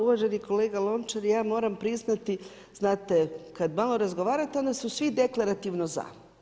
Uvaženi kolega Lončar, ja moram priznati znate, kad malo razgovarate onda su svi deklarativno za.